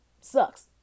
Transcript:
sucks